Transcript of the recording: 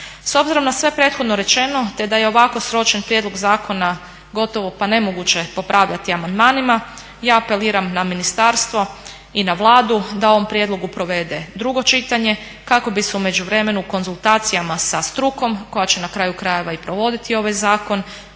S obzirom na sve prethodno rečeno, te da je ovako sročen prijedlog zakona gotovo pa nemoguće popravljati amandmanima ja apeliram na ministarstvo i na Vladu da ovom prijedlogu provede drugo čitanje kako bi se u međuvremenu konzultacijama sa strukom koja će na kraju krajeva i provoditi ovaj zakon